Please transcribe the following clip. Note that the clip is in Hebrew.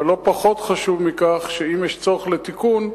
אבל לא פחות חשוב מכך אם יש צורך בתיקון,